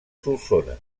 solsona